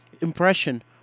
impression